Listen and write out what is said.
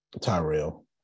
Tyrell